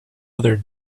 other